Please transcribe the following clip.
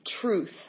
truth